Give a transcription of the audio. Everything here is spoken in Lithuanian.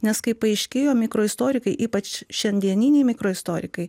nes kaip paaiškėjo mikroistorikai ypač šiandieniniai mikroistorikai